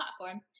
platform